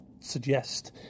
suggest